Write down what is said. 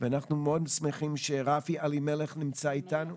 אנחנו מאוד שמחים שרפי אלמליח נמצא איתנו.